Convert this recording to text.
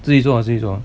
自己做自己做